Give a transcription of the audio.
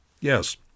Yes